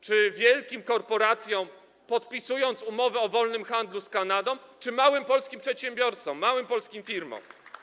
Czy wielkim korporacjom - podpisując umowy o wolnym handlu z Kanadą - czy małym polskim przedsiębiorcom, małym polskim firmom?